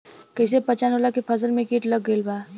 कैसे पहचान होला की फसल में कीट लग गईल बा?